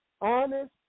honest